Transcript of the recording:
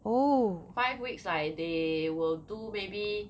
five weeks like they will do maybe